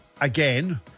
again